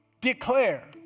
declare